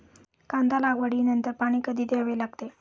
कांदा लागवडी नंतर पाणी कधी द्यावे लागते?